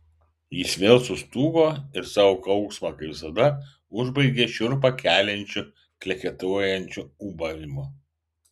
jis vėl sustūgo ir savo kauksmą kaip visada užbaigė šiurpą keliančiu kleketuojančiu ūbavimu